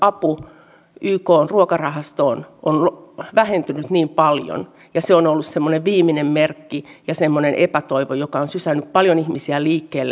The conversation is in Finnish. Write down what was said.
mutta lopuksi haluan vielä todeta siitä että ensi vuoden aikana valmistellaan uusi energia ja ilmastostrategia ja on erittäin hyvä ja tarpeellista että se laitetaan liikkeelle